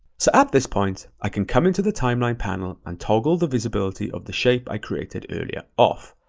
so at this point, i can come into the timeline panel and toggle the visibility of the shape i created earlier off.